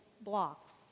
blocks